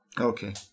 okay